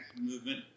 movement